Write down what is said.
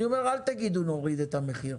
אני אומר, אל תגידו "נוריד את המחיר",